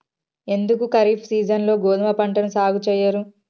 ఎందుకు ఖరీఫ్ సీజన్లో గోధుమ పంటను సాగు చెయ్యరు?